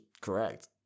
correct